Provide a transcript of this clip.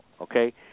okay